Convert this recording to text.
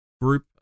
group